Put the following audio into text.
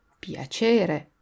piacere